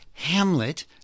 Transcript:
hamlet